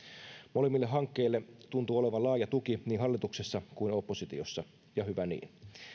molemmille hankkeille tuntuu olevan laaja tuki niin hallituksessa kuin oppositiossa ja hyvä niin